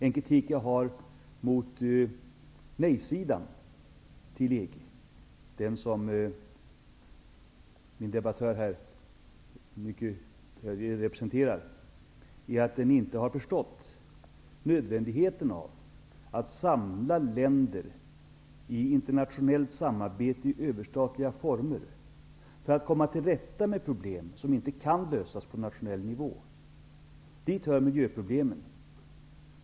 En kritik jag har mot nejsidan i den svenska EG debatten, den som min meddebattör här representerar, är att den inte har förstått nödvändigheten av att samla länder till internationellt samarbete i överstatliga former för att komma till rätta med problem som inte kan lösas på nationell nivå. Dit hör miljöproblemen.